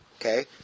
Okay